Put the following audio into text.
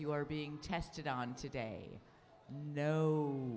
you are being tested on today no